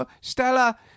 stella